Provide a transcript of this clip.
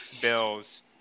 Bills